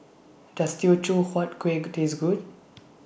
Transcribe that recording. Does Teochew Huat Kuih Taste Good